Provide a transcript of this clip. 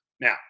Now